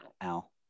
Al